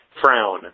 Frown